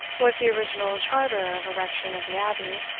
was the original charter of erection of the abbey,